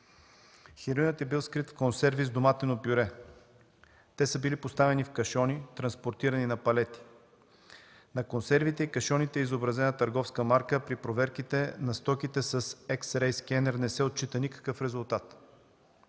Хероинът е бил скрит в консерви с доматено пюре. Те са били поставени в кашони и транспортирани на палети. На консервите и кашоните е изобразена търговска марка. При проверката на стоките с екс-рей скенер не се отчита никакъв резултат.